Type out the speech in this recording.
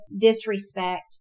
disrespect